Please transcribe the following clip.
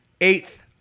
eighth